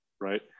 right